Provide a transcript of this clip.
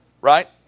right